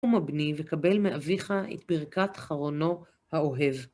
קומה, בני, וקבל מאביך את ברכת חרונו האוהב.